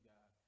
God